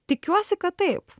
tikiuosi kad taip